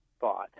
thought –